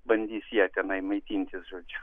bandys ja tenai maitintis žodžiu